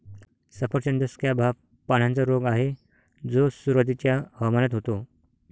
सफरचंद स्कॅब हा पानांचा रोग आहे जो सुरुवातीच्या हवामानात होतो